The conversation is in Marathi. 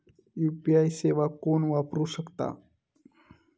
यू.पी.आय सेवा कोण वापरू शकता?